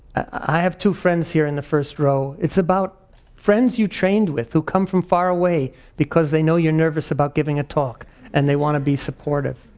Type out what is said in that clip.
i have two friends here in the first row. it's about friends you trained with who come from faraway because they know you're nervous about giving a talk and they want to be supportive.